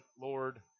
Lord